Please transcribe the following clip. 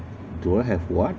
do I have what